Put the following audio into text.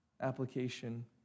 application